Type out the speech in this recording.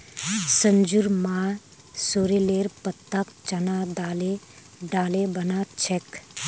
संजूर मां सॉरेलेर पत्ताक चना दाले डाले बना छेक